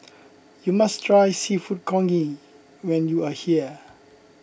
you must try Seafood Congee when you are here